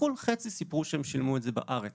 בחו"ל וחצי סיפרו שהם שילמו את זה בארץ